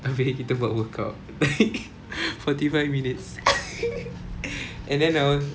abeh kita buat workout forty five minutes and then I was